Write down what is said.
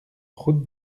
route